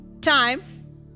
time